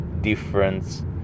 difference